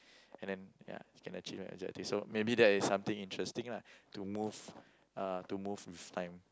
and then ya can achieve objective so maybe that is something interesting lah to move uh to move with time